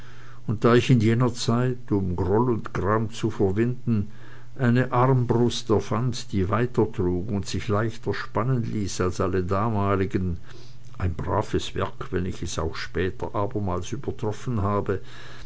und da ich in jener zeit um groll und gram zu verwinden eine armbrust erfand die weiter trug und sich leichter spannen ließ als alle damaligen ein braves werk wenn ich es auch später abermals übertroffen habe